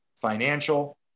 financial